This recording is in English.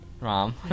Rom